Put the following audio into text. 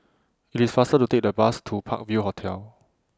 IT IS faster to Take The Bus to Park View Hotel